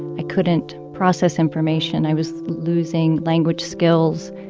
i couldn't process information. i was losing language skills.